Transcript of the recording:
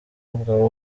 bwa